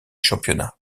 championnat